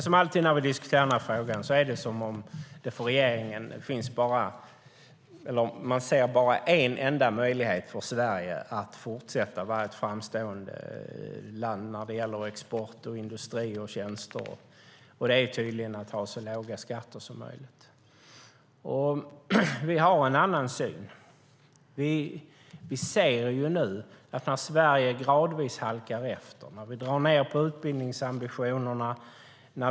Som alltid när vi diskuterar den här frågan är det som om regeringen bara ser en enda möjlighet för Sverige att fortsätta att vara ett framstående land när det gäller export, industri och tjänster, och det är tydligen att ha så låga skatter som möjligt. Vi har en annan syn. Vi ser att Sverige nu gradvis halkar efter. Vi drar ned på utbildningsambitionerna.